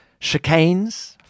chicanes